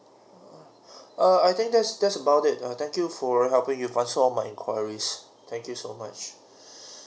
err I think that's that's about it err thank you for helping me answer all my enquiries thank you so much